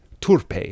turpe